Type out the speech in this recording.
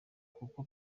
kuko